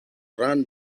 run